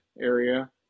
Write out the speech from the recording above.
area